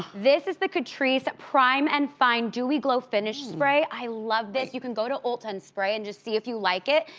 this is the catrice prime and fine dewy glow finish spray. i love this. you can go to ulta and spray and just see if you like it.